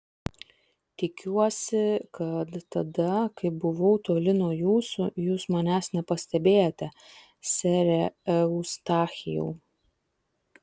tikiuosi kad tada kai buvau toli nuo jūsų jūs manęs nepastebėjote sere eustachijau